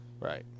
Right